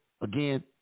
Again